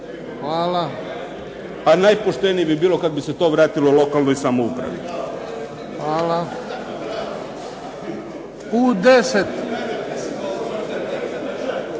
kuna, a najpoštenije bi bilo kad bi se to vratilo lokalnoj samoupravi. **Bebić,